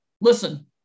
listen